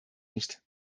nicht